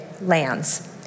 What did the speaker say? lands